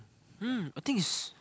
um I think is